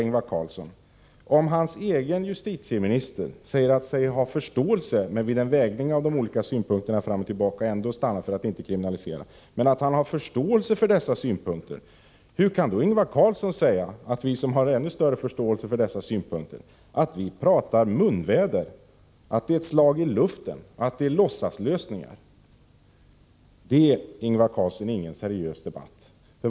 Ingvar Carlssons egen justitieminister stannar vid en vägning av de olika synpunkterna fram och tillbaka för att inte kriminalisera, men säger sig ändå ha förståelse för dessa synpunkter. Hur kan då Ingvar Carlsson säga att vi som har ännu större förståelse för dessa synpunkter pratar munväder, att det är ett slag i luften och att det är låtsaslösningar? Det är, Ingvar Carlsson, ingen seriös debatt.